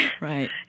Right